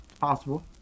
possible